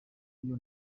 iyo